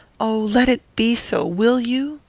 oh! let it be so, will you?